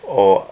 orh